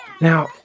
Now